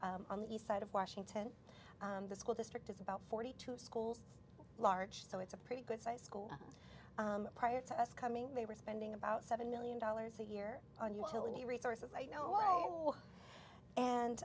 on the east side of washington the school district is about forty two schools larch so it's a pretty good sized school prior to us coming they were spending about seven million dollars a year on utility resources you know